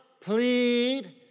plead